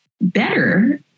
better